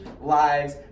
lives